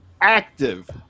active